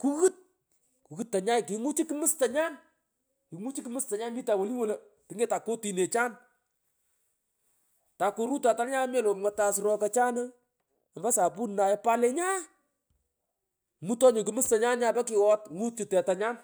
kughuut kughuut tanyay kinguchu kmus tonyan kinguchu kmus tonyan mitan woni wono tungetan katinechan kumugh takorutan tanye eeh melo omwotan srokochan ombo sabuninay opan lenyaghe ngutoy nyu kumustonya nyapo kingot nguchu tetanyan.